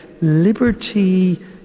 liberty